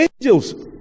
Angels